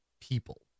people